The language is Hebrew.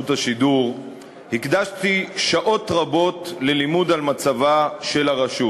השידור הקדשתי שעות רבות ללימוד על מצבה של הרשות.